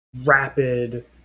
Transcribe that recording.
rapid